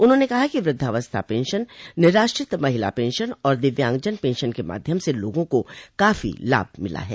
उन्होंने कहा कि वृद्धावस्था पेंशन निराश्रित महिला पेंशन और दिव्यांगजन पेंशन के माध्यम से लोगों को काफी लाभ मिला है